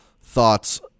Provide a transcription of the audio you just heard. thoughts